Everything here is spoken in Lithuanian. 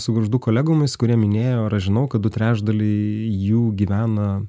su gargždų kolegomis kurie minėjo ir aš žinau kad du trečdaliai jų gyvena